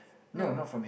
no